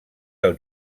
del